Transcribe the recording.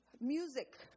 music